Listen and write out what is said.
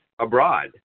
abroad